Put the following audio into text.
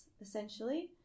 essentially